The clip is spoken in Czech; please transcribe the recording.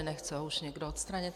Nechce ho už někdo odstranit?